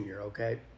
okay